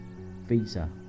visa